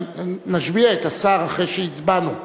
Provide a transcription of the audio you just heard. שנשביע את השר אחרי שהצבענו,